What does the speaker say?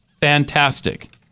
fantastic